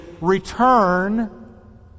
return